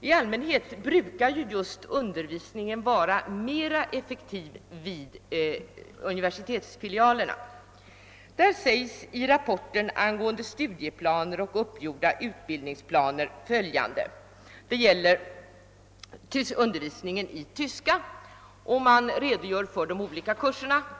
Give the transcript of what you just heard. I allmänhet är väl undervisningen mera effektiv just vid universitetsfilialerna. I denna rapport angående studieplaner och därpå uppgjorda undervisningsplaner i tyska redogör man för de olika kurserna.